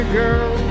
girl